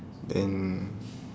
then